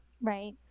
Right